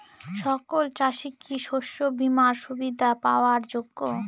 সকল চাষি কি শস্য বিমার সুবিধা পাওয়ার যোগ্য?